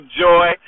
joy